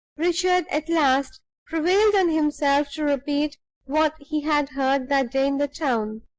richard at last prevailed on himself to repeat what he had heard that day in the town.